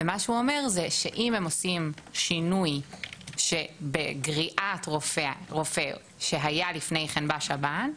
ומה שהוא אומר זה שאם הם עושים שינוי בגריעת רופא שהיה לפני כן בשב"ן,